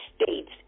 States